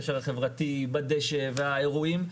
הקשר החברתי בדשא והאירועים.